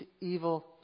evil